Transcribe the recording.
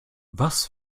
was